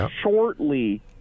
shortly